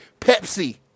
Pepsi